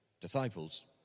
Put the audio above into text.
disciples